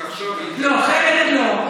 צריך לחשוב אם, לא, חלק לא.